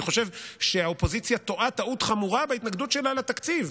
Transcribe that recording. אני חושב שהאופוזיציה טועה טעות חמורה בהתנגדות שלה לתקציב,